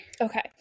Okay